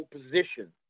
position